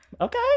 okay